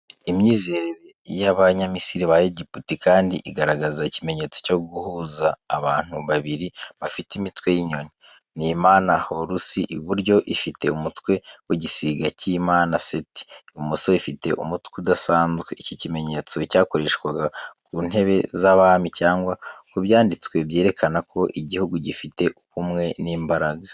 Imyizerere y’Abanyamisiri ba Egypt kandi igaragaza ikimenyetso cyo guhuza abantu babiri bafite imitwe y’inyoni. Ni Imana Horusi, iburyo ifite umutwe w’igisiga cy'Imana Seti, ibumoso ifite umutwe udasanzwe. Iki kimenyetso cyakoreshwaga ku ntebe z’abami cyangwa ku byanditswe byerekana ko igihugu gifite ubumwe n’imbaraga.